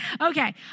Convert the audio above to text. Okay